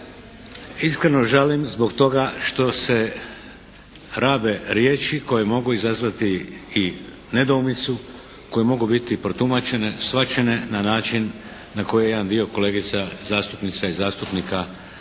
došlo. Iskreno žalim zbog toga što se rabe riječi koje mogu izazvati i nedoumicu, koje mogu biti protumačene, shvaćene na način na koji je jedan dio kolegica zastupnica i zastupnika te riječi